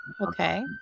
Okay